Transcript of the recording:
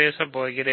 பேசுவதாகும்